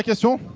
yeah so